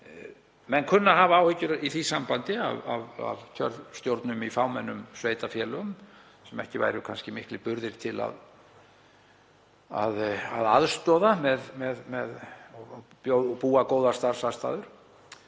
Menn kunna að hafa áhyggjur í því sambandi af kjörstjórnum í fámennum sveitarfélögum sem ekki væru kannski miklir burðir til að aðstoða með og búa góðar starfsaðstæður.